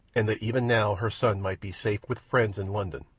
and that even now her son might be safe with friends in london,